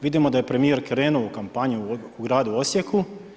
Vidimo da je premijer krenuo u kampanju u gradu Osijeku.